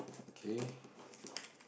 okay